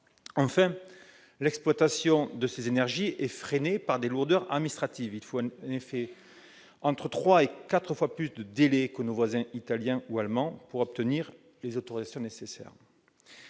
Enfin, l'exploitation de ces énergies est freinée par des lourdeurs administratives. Il faut en effet en France entre trois et quatre fois plus de temps que chez nos voisins italiens ou allemands pour obtenir les autorisations nécessaires.